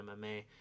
MMA